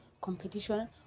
competition